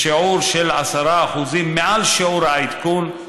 בשיעור של 10% מעל שיעור העדכון,